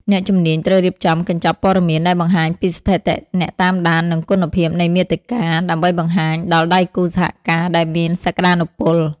អ្នកជំនាញត្រូវរៀបចំកញ្ចប់ព័ត៌មាន ដែលបង្ហាញពីស្ថិតិអ្នកតាមដាន និងគុណភាពនៃមាតិកា ដើម្បីបង្ហាញដល់ដៃគូសហការដែលមានសក្តានុពល។